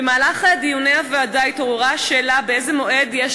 במהלך דיוני הוועדה התעוררה השאלה באיזה מועד יש